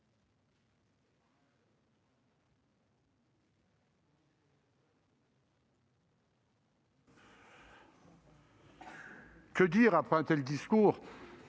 que dire après un tel discours,